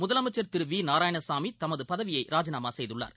முதலமைச்சர் திரு வி நாராயணசாமி தமது பதவியை ராஜிநாமா செய்துள்ளார்